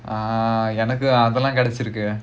ah எனக்கு அதுலாம் கிடைச்சி இருக்கு:enakku athulaam kidaichi irukku